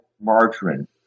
margarine